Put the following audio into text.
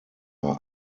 are